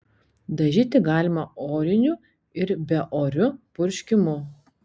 dažyti galima oriniu ir beoriu purškimu